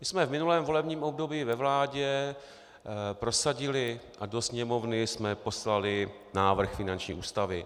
My jsme v minulém volebním období ve vládě prosadili a do Sněmovny jsme poslali návrh finanční ústavy.